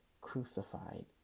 crucified